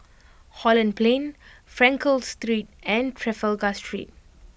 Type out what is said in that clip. Holland Plain Frankel Street and Trafalgar Street